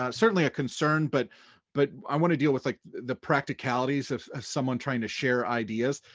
um certainly a concern, but but i wanna deal with like the practicalities of someone trying to share ideas.